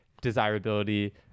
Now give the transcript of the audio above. desirability